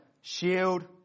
shield